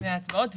ההצבעות.